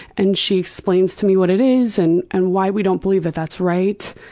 and she explains to me what it is and and why we don't believe that that's right.